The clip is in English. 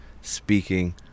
speaking